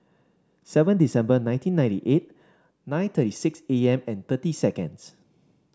seven December nineteen ninety eight nine thirty six A M and thirty seconds